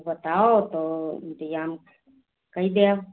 बताओ तो इंतजाम कई देव